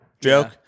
joke